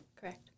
correct